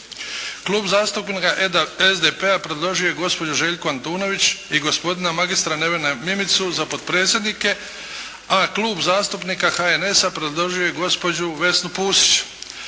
Klub zastupnika SDP-a predložio je gospođu Željku Antunović i gospodina mr. Nevena Mimicu za potpredsjednike, a Klub zastupnika HNS-a predložio je gospođu Vesnu Pusić.